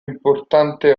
importante